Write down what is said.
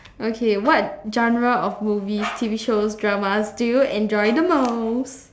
okay what genres of movies T_V shows dramas do you enjoy the most